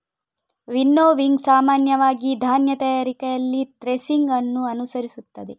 winnowing ಸಾಮಾನ್ಯವಾಗಿ ಧಾನ್ಯ ತಯಾರಿಕೆಯಲ್ಲಿ ಥ್ರೆಸಿಂಗ್ ಅನ್ನು ಅನುಸರಿಸುತ್ತದೆ